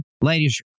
ladies